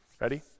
Ready